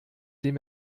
dem